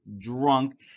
drunk